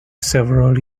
several